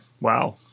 Wow